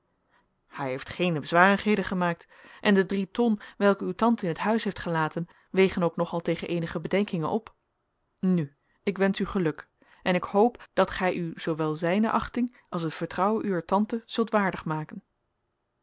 hij heeft geene zwarigheden gemaakt en de drie ton welke uw tante in het huis heeft gelaten wegen ook nog al tegen eenige bedenkingen op nu ik wensch u geluk en ik hoop dat gij u zoowel zijne achting als het vertrouwen uwer tante zult waardig maken